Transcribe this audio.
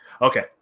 okay